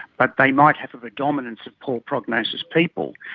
but they might have a predominance of poor prognosis people,